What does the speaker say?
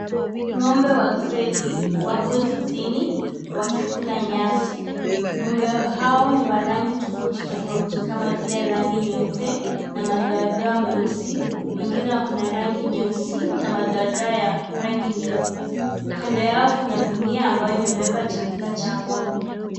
Ng'ombe wa gredi wako zizini wakikula nyasi. Ng'ombe hawa ni wa rangi tofauti tofauti kama vile, rangi nyeupe na madoadoa meusi. Wengine wako na rangi nyeusi na madoadoa ya rangi nyeupe. Kando yao, kuna gunia ambayo imebeba chakula cha ng'ombe.